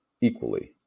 equally